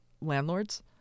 landlords